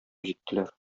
җиттеләр